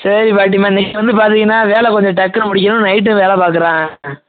சரி பாட்டியம்மா இன்றைக்கி வந்து பார்த்தீங்கன்னா வேலை கொஞ்சம் டக்குனு முடிக்கணும் நைட்டும் வேலை பார்க்குறோம்